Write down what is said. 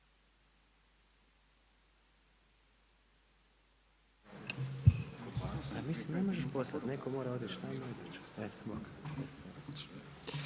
Hvala